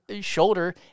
shoulder